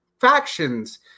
factions